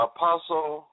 Apostle